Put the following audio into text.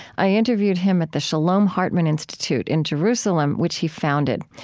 i interviewed him at the shalom hartman institute in jerusalem, which he founded.